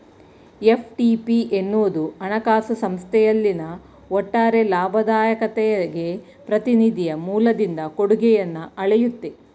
FTP ಎನ್ನುವುದು ಹಣಕಾಸು ಸಂಸ್ಥೆಯಲ್ಲಿನ ಒಟ್ಟಾರೆ ಲಾಭದಾಯಕತೆಗೆ ಪ್ರತಿನಿಧಿಯ ಮೂಲದಿಂದ ಕೊಡುಗೆಯನ್ನ ಅಳೆಯುತ್ತೆ